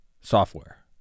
software